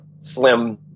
slim